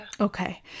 Okay